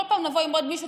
כל פעם נבוא עם עוד משהו,